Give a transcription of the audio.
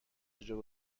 اجرا